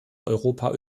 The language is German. europa